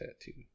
tattoo